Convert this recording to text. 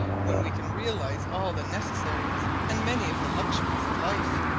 when we can realize all the necessaries and many of the luxuries of life.